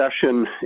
session